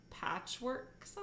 patchwork